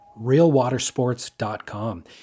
Realwatersports.com